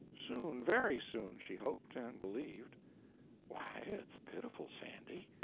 soon, very soon, she hoped and believed why, it's pitiful, sandy.